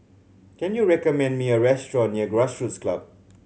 can you recommend me a restaurant near Grassroots Club